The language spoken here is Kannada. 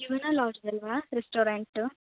ಯುವನ ಲಾಡ್ಜ್ದಲ್ಲವಾ ರೆಸ್ಟೋರೆಂಟ್